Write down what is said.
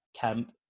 camp